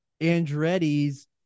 Andretti's